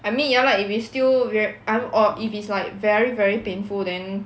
I mean ya lah if it still ver~ uh or if it's like very very painful then